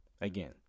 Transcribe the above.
again